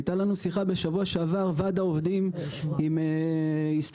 הייתה לנו שיחה בשבוע שעבר של וועד העובדים עם הסתדרות